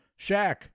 Shaq